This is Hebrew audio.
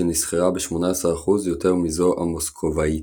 כשנסחרה ב-18% יותר מזו המוסקבאית.